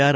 R